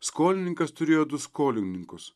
skolininkas turėjo du skolininkus